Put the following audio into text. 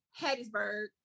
Hattiesburg